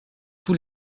tous